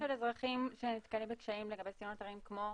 של אזרחים שנתקלים בקשיים לגבי סינון אתרים כמו